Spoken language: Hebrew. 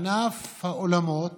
ענף האולמות